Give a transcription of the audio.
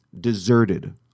deserted